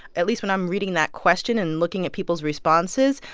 at least, when i'm reading that question and looking at people's responses,